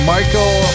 Michael